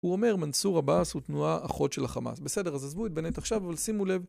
הוא אומר, מנסור עבאס הוא תנועה אחות של החמאס. בסדר, אז עזבו את בנט עכשיו, אבל שימו לב.